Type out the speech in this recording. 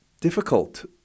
difficult